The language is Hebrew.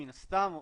מן הסתם,